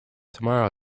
tomorrow